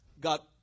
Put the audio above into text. got